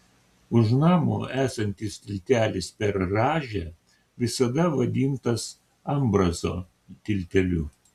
už namo esantis tiltelis per rąžę visada vadintas ambrazo tilteliu